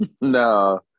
No